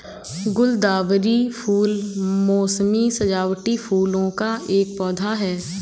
गुलदावरी फूल मोसमी सजावटी फूलों का एक पौधा है